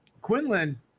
Quinlan